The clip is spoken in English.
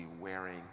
wearing